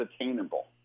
attainable